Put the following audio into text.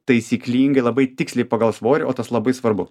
taisyklingai labai tiksliai pagal svorį o tas labai svarbu